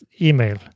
email